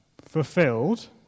fulfilled